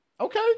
Okay